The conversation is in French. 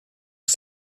que